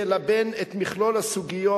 תלבן את מכלול הסוגיות,